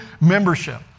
membership